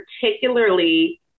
particularly